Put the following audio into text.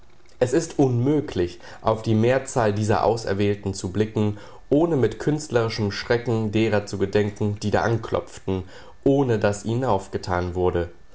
es ist unmöglich auf die mehrzahl dieser auserwählten zu blicken ohne mit künstlerischem schrecken derer zu gedenken die da anklopften ohne daß ihnen aufgetan wurde